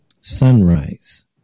sunrise